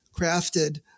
crafted